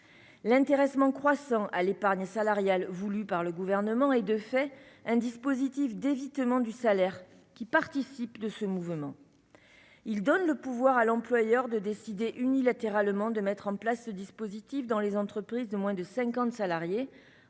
L'intéressement croissant à l'épargne salariale voulue par le Gouvernement est de fait un dispositif d'évitement du salaire, ce qui participe de ce mouvement. Il donne le pouvoir à l'employeur de décider unilatéralement de mettre en place ce dispositif dans les entreprises de moins de 50 salariés,